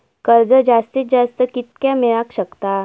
कर्ज जास्तीत जास्त कितक्या मेळाक शकता?